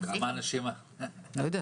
בכמה אנשים זה נוגע?